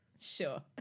Sure